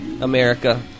America